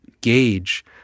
gauge